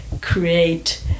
create